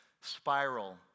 spiral